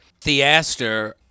Theaster